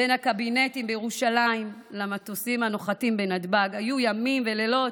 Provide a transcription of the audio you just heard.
בין הקבינטים בירושלים למטוסים הנוחתים בנתב"ג היו ימים ולילות